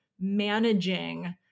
managing